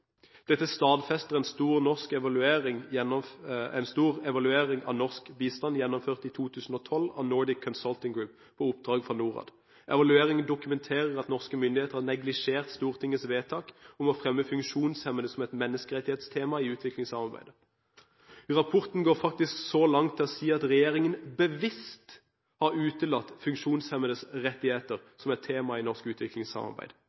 Dette stadfester en stor evaluering av norsk bistand gjennomført i 2012 av Nordic Consulting Group på oppdrag fra Norad. Evalueringen dokumenterer at norske myndigheter har neglisjert Stortingets vedtak om å fremme funksjonshemmede som et menneskerettighetstema i utviklingssamarbeidet. Rapporten går faktisk så langt som å si at regjeringen bevisst har utelatt funksjonshemmedes rettigheter som et tema i norsk utviklingssamarbeid.